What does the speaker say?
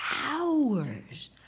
hours